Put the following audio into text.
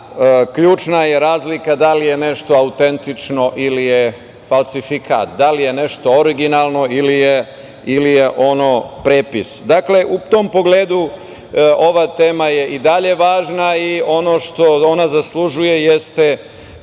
ključna je razlika da li je nešto autentično ili je falsifikat, da li je nešto originalno ili je ono prepis. Dakle, u tom pogledu ova tema je i dalje važna i ono što ona zaslužuje jeste